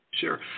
sure